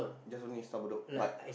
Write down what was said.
just only stop Bedok but